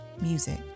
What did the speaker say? music